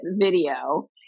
video